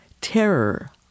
terror